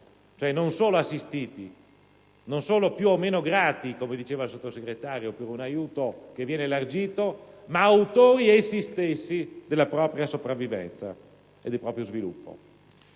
più solo assistiti, non solo più o meno grati, come diceva il Sottosegretario per un aiuto elargito, ma autori essi stessi della propria sopravvivenza e del proprio sviluppo.